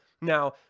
Now